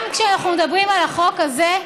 גם כשאנחנו מדברים על החוק הזה,